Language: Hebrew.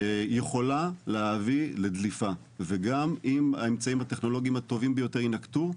יכולה להביא לדליפה וגם אם האמצעים הטכנולוגיים הטובים ביותר יינקטו,